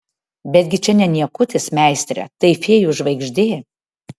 betgi čia ne niekutis meistre tai fėjų žvaigždė